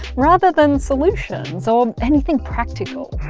rather than solutions or anything practical.